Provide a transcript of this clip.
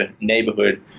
neighborhood